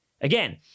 Again